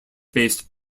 based